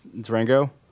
Durango